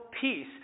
peace